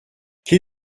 quel